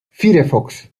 firefox